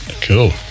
Cool